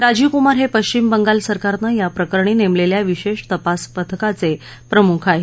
राजीव कुमार हे पश्चिम बंगाल सरकारनं या प्रकरणी नेमलेल्या विशेष तपास पथकाचे प्रमुख आहेत